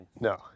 no